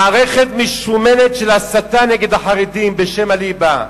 מערכת משומנת של הסתה נגד החרדים בשם הליבה.